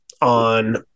on